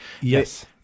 yes